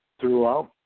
throughout